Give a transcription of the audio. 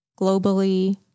globally